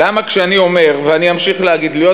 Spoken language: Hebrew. למה כשאני אומר ואני אמשיך להגיד "להיות